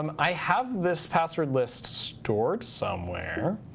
um i have this password list stored somewhere.